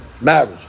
marriage